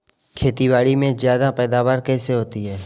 खेतीबाड़ी में ज्यादा पैदावार कैसे होती है?